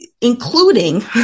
including